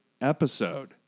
episode